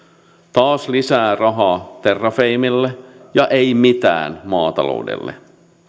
taas lisää rahaa terrafamelle ja ei mitään maataloudelle